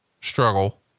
struggle